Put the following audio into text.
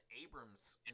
Abrams